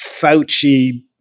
Fauci